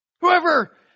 Whoever